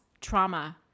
Trauma